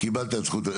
קיבלת את זכות הדיבור.